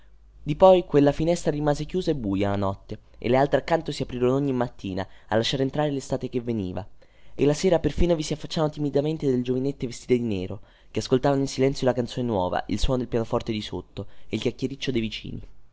di poi quella finestra rimase chiusa e buia la notte e le altre accanto si aprirono ogni mattina a lasciare entrare lestate che veniva e la sera perfino vi si affacciavano timidamente delle giovanette vestite di nero che ascoltavano in silenzio la canzone nuova il suono del pianoforte di sotto e il chiacchiericcio dei vicini